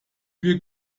wir